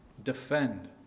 defend